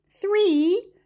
three